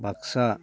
Baksa